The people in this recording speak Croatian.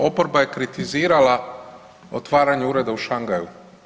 Oporba je kritizirala otvaranje ureda u Shangaju.